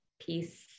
peace